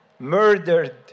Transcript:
Murdered